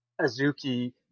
Azuki